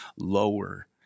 lower